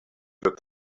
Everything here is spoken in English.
that